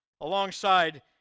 alongside